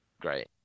great